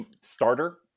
starter